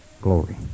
glory